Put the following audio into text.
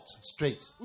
straight